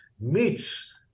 meets